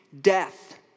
death